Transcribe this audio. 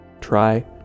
try